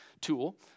tool